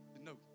No